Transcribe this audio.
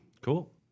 cool